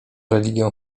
religią